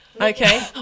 Okay